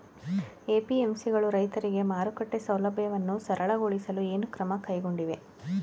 APMC ಗಳು ರೈತರಿಗೆ ಮಾರುಕಟ್ಟೆ ಸೌಲಭ್ಯವನ್ನು ಸರಳಗೊಳಿಸಲು ಏನು ಕ್ರಮ ಕೈಗೊಂಡಿವೆ?